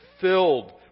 filled